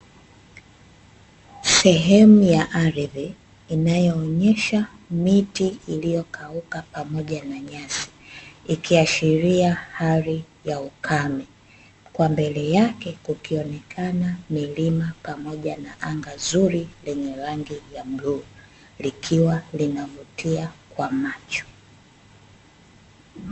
Sehemu ya ardhi inayoonesha miti iliyokauka pamoja na nyasi, ikiashiria hali ya ukame. Kwa mbele yake kukionekana milima pamoja na anga zuri lenye rangi ya bluu, likiwa linavutia kwa macho.